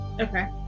Okay